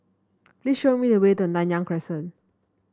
please show me the way to Nanyang Crescent